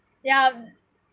ya